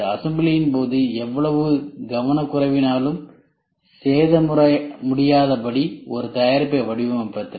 அசம்பிளியின் போது எவ்வளவு கவனக்குறைவினாலும் சேதமுற முடியாதபடி ஒரு தயாரிப்பை வடிவமைத்தல்